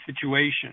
situation